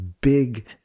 big